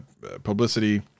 publicity